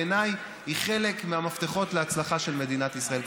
בעיניי היא חלק מהמפתחות להצלחה של מדינת ישראל.